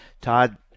Todd